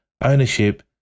ownership